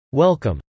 welcome